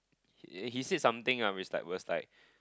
eh he said something ah with like was like